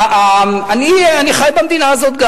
גם אני חי במדינה הזאת.